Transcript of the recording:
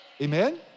Amen